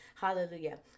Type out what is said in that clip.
Hallelujah